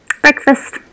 Breakfast